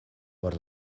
por